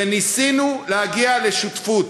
וניסינו להגיע לשותפות.